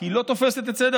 כי היא לא תופסת את סדר-היום,